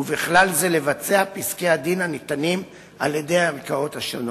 ובכלל זה לבצע פסקי-הדין הניתנים על-ידי הערכאות השונות.